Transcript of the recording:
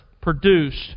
produced